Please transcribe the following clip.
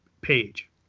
page